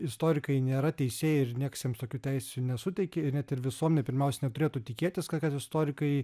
istorikai nėra teisėjai ir nieks jiems tokių teisių nesuteikė net ir visuomenė pirmaus neturėtų tikėtis kad istorikai